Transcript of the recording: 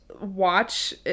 watch